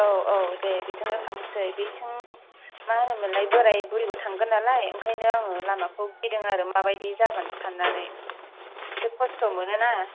आव आव दे बेजोंनो थांसै बेथिं मा होनो मोनलाय बोराय बुरिबो थांगोन नालाय आंखायनो आङो लामाखौ गिदों आरो माबायदि जागोन साननानै एसे खस्थ' मोनो ना